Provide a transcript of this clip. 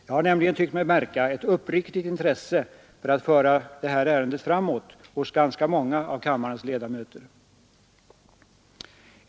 Jag har nämligen tyckt mig märka ett uppriktigt intresse för att föra det här ärendet framåt hos ganska många av kammarens ledamöter.